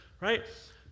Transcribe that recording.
Right